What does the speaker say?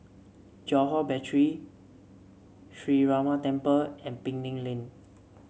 Johore Battery Sree Ramar Temple and Penang Lane